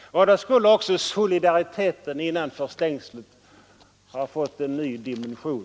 och då skulle också solidariteten inanför stängslet få en ny dimension.